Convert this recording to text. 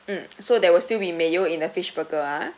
mm so there will still be mayo~ in the fish burger ah